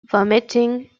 vomiting